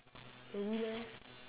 really meh